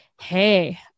hey